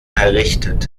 errichtet